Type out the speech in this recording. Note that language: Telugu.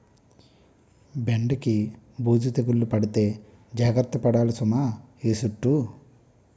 బెండకి బూజు తెగులు పడితే జాగర్త పడాలి సుమా ఈ సుట్టూ